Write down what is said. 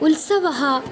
उत्सवः